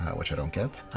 which i don't get,